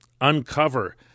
uncover